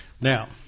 Now